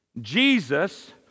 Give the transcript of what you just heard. Jesus